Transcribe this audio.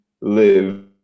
live